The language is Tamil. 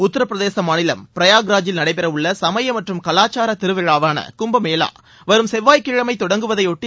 உத்தரபிரதேச மாநிலம் பிரயாக்ராஜில் நடைபெறவுள்ள சமய மற்றும் கலாச்சார திருவிழாவான கும்பமேளா வரும் செவ்வாய்க்கிழமை தொடங்குவதை ஒட்டி